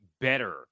better